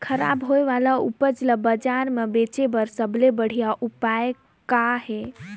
खराब होए वाले उपज ल बाजार म बेचे बर सबले बढ़िया उपाय का हे?